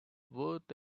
worth